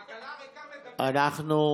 העגלה הריקה מדברת.